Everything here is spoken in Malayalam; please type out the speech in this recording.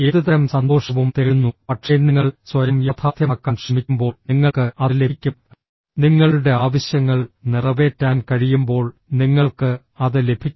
ഏതുതരം സന്തോഷവും തേടുന്നു പക്ഷേ നിങ്ങൾ സ്വയം യാഥാർത്ഥ്യമാക്കാൻ ശ്രമിക്കുമ്പോൾ നിങ്ങൾക്ക് അത് ലഭിക്കും നിങ്ങളുടെ ആവശ്യങ്ങൾ നിറവേറ്റാൻ കഴിയുമ്പോൾ നിങ്ങൾക്ക് അത് ലഭിക്കും